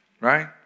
right